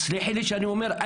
תסלחי לי שאני אומר,